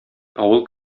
авыл